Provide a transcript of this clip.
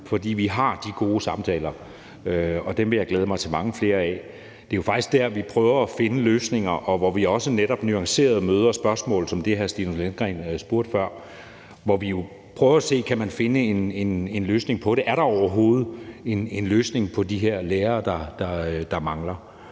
fordi vi har de gode samtaler, og dem vil jeg glæde mig til mange flere af. Det er jo faktisk der, vi prøver at finde løsninger, og hvor vi netop også nuanceret møder spørgsmål, som det hr. Stinus Lindgreen stillede før, og vi prøver jo at se, om man kan finde en løsning på det. Er der overhovedet en løsning på det med de her lærere, der mangler?